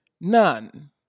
None